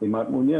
אם את מעוניינת.